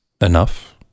enough